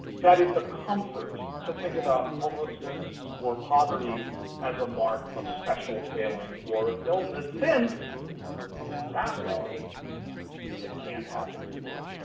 that it's a comfort to think about homelessness or poverty as a mark of special failing or of illness since that way it can't happen to you.